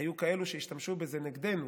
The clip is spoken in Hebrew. היו כאלה שהשתמשו בזה נגדנו.